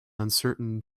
uncertain